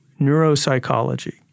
neuropsychology